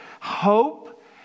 hope